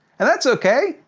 and that's okay.